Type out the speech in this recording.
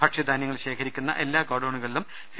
ഭക്ഷ്യധാന്യങ്ങൾ ശേഖരിക്കുന്ന എല്ലാ ഗോഡൌണുകളിലും സി